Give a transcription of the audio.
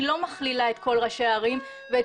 שאני לא מכלילה את כל ראשי הערים ואת